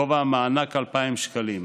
גובה המענק הוא 2,000 שקלים,